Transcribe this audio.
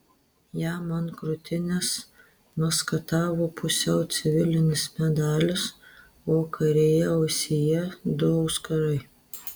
jam ant krūtinės maskatavo pusiau civilinis medalis o kairėje ausyje du auskarai